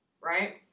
right